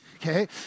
Okay